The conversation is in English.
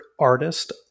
artist